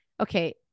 okay